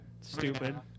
Stupid